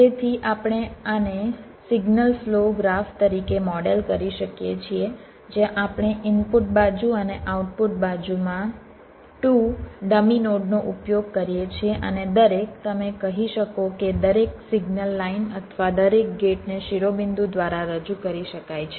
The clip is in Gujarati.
તેથી આપણે આને સિગ્નલ ફ્લો ગ્રાફ તરીકે મોડેલ કરી શકીએ છીએ જ્યાં આપણે ઇનપુટ બાજુ અને આઉટપુટ બાજુમાં 2 ડમી નોડ નો ઉપયોગ કરીએ છીએ અને દરેક તમે કહી શકો કે દરેક સિગ્નલ લાઇન અથવા દરેક ગેટને શિરોબિંદુ દ્વારા રજૂ કરી શકાય છે